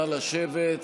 נא לשבת.